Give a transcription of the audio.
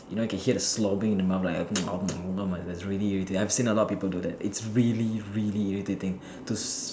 you know I can hear the slobbing in the mouth like like that it's really irritating I've seen a lot of people do that it's really really irritating to